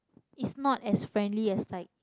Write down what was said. it's not as friendly as like